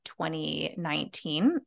2019